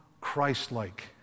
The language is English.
Christ-like